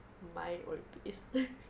my old place